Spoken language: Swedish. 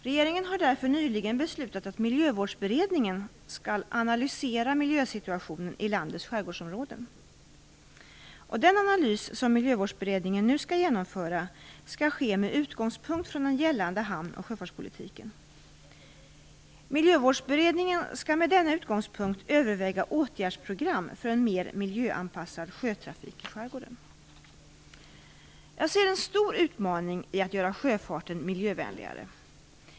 Regeringen har därför nyligen beslutat att Miljövårdsberedningen skall analysera miljösituationen i landets skärgårdsområden. Den analys som Miljövårdsberedningen nu skall genomföra skall ske med utgångspunkt från den gällande hamn och sjöfartspolitiken. Miljövårdsberedningen skall med denna utgångspunkt överväga åtgärdsprogram för en mer miljöanpassad sjötrafik i skärgården. Jag ser en stor utmaning i att göra sjöfarten miljövänligare.